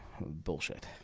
bullshit